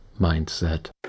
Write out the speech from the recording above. mindset